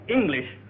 English